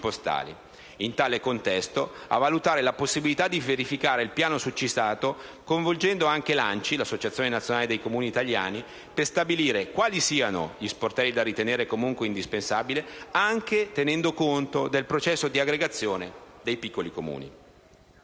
il Governo a valutare la possibilità di verificare il piano succitato coinvolgendo anche l'ANCI (Associazione nazionale comuni italiani), per stabilire quali siano gli sportelli da ritenere comunque indispensabili, anche tenendo conto del processo di aggregazione dei piccoli Comuni.